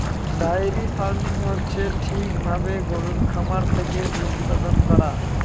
diary farming হচ্ছে ঠিক ভাবে গরুর খামার থেকে দুধ উৎপাদান করা